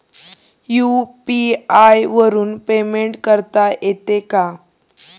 UPI वरून payment करता येते का?